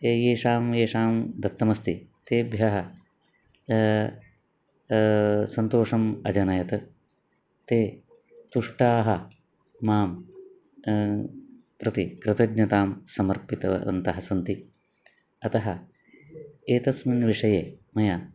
ये येषां येषां दत्तमस्ति तेभ्यः सन्तोषम् अजनयत् ते तुष्टाः मां प्रति कृतज्ञतां समर्पितवन्तः सन्ति अतः एतस्मिन् विषये मया